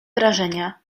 wrażenia